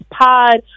Pod